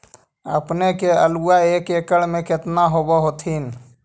अपने के आलुआ एक एकड़ मे कितना होब होत्थिन?